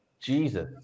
Jesus